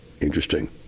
Interesting